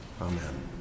Amen